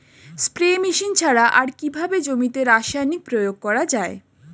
Spray machine ছাড়া আর কিভাবে জমিতে রাসায়নিক প্রয়োগ করা যায়?